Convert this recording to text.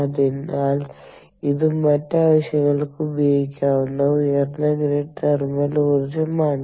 അതിനാൽ ഇത് മറ്റ് ആവശ്യങ്ങൾക്ക് ഉപയോഗിക്കാവുന്ന ഉയർന്ന ഗ്രേഡ് തെർമൽ ഊർജ്ജമാണ്